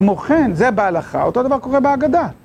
כמו כן, זה בהלכה, אותו דבר קורה בהגדה.